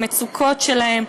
במצוקות שלהם.